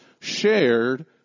shared